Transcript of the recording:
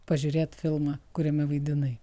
pažiūrėt filmą kuriame vaidinai